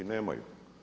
Nemaju.